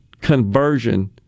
conversion